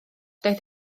daeth